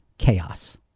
chaos